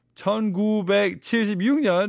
1976년